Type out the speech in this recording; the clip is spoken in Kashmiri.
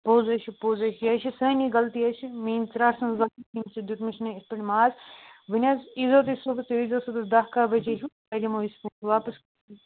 پوٚز حظ چھُ پوٚز حظ چھُ یہِ حظ چھِ سٲنی غلطی حظ چھِ میٛٲنۍ ژاٹھَن دیُتمت چھُ نَے یِتھ پٲٹھۍ ماز وۄنۍ حظ ییٖزیو تُہۍ صُبحس تُہۍ ییٖزیو صُبَحس دَہ کَہہ بَجے ہیوٗ تۄہہِ دِمو أسۍ واپَس